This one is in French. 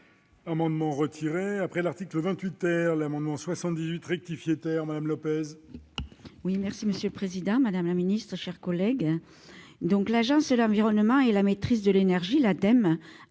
L'Agence de l'environnement et de la maîtrise de l'énergie, l'Ademe,